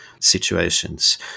situations